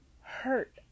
hurt